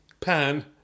pan